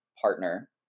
partner